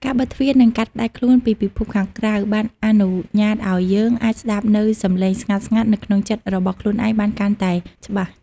ការបិទទ្វារនិងកាត់ផ្តាច់ខ្លួនពីពិភពខាងក្រៅបានអនុញ្ញាតឱ្យយើងអាចស្តាប់នូវសំឡេងស្ងាត់ៗនៅក្នុងចិត្តរបស់ខ្លួនឯងបានកាន់តែច្បាស់។